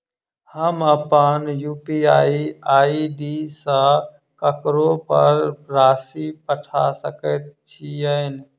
हम अप्पन UPI ID सँ ककरो पर राशि पठा सकैत छीयैन?